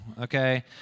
okay